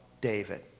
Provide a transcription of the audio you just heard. David